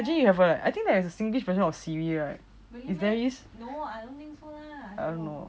imagine you have err I think there is a singlish version of siri right if there is I don't know